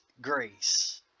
grace